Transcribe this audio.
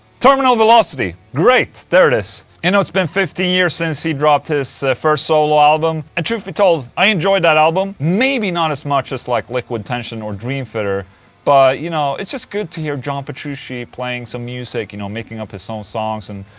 terminal velocity great, there it is and it's been fifteen years since he dropped his first solo album and truth be told, i enjoyed that album maybe not as much as like liquid tension or dream theater but you know, it's just good to hear john petrucci playing some music you know, making up his own songs and.